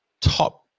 top